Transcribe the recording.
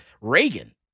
Reagan